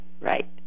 Right